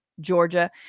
Georgia